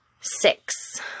Six